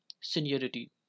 seniority